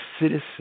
citizen